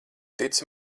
tici